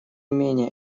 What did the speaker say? менее